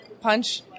punch